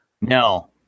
No